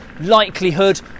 likelihood